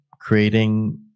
creating